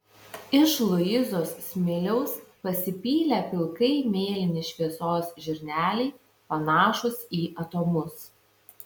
iš luizos smiliaus pasipylę pilkai mėlyni šviesos žirneliai panašūs į atomus